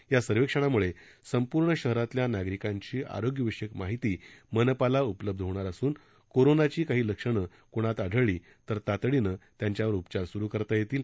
या सर्व्हेक्षणाम्ळे संपूर्ण शहरातील नागरिकांची आरोग्यविषयक माहिती मनपाला उपलब्ध होणार असून कोरोनाची काही लक्षणे कोणामध्ये आढळल्यास तातडीने त्यांच्यावर उपचार स्रू करता येतील